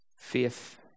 Faith